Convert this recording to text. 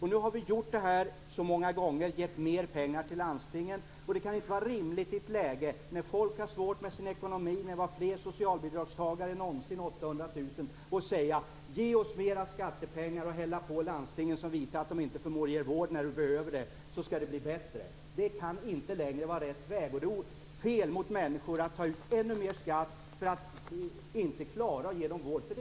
Vi har nu gjort det här så många gånger, dvs. givit mer pengar till landstingen. Det kan inte vara rimligt i ett läge när folk har det svårt med sin ekonomi och när det är fler socialbidragstagare än någonsin - de är 800 000. Vi kan då inte säga: Ge oss mer skattepengar och häll dem på landstingen, som ju inte förmår ge vård när människor behöver det! Då skall det bli bättre! Det kan inte längre vara rätt väg. Det är fel mot människor att ta ut ännu mer skatt därför att man inte klarar att ge dem vård.